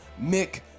mick